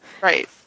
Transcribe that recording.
Right